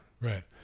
Right